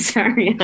Sorry